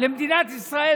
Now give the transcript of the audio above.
למדינת ישראל,